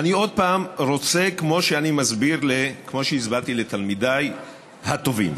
אני רוצה עוד פעם, כמו שהסברתי לתלמידיי הטובים,